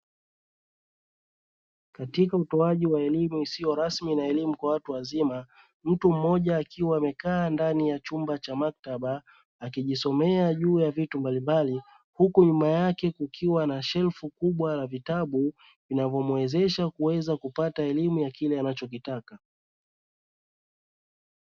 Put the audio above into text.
Katika utoaji wa elimu isiyo rasmi na elimu kwa watu wazima; mtu mmoja akiwa amekaa ndani ya chumba cha maktaba, akijisomea juu ya vitu mbalimbali. Huku nyuma yake kukiwa na shelfu kubwa la vitabu vinavyomwezesha kuweza kupata elimu ya kile anachokitaka.